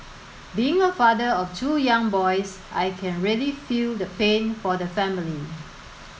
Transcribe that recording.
being a father of two young boys I can really feel the pain for the family